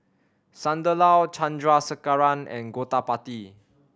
Sunderlal Chandrasekaran and Gottipati